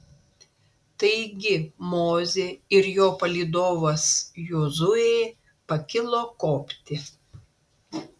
taigi mozė ir jo palydovas jozuė pakilo kopti